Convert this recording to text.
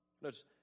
Notice